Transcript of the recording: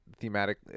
thematic